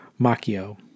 Macchio